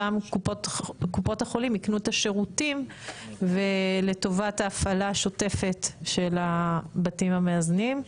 שקופות החולים יקנו את השירותים לטובת ההפעלה השוטפת של הבתים המאזנים.